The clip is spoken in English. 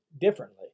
differently